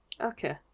Okay